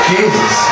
Jesus